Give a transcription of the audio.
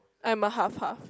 I'm a half half